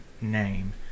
name